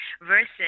versus